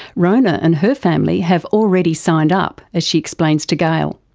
rhona and her family have already signed up, as she explains to gail.